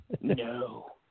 No